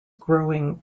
growing